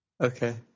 Okay